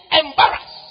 embarrass